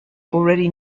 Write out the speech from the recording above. already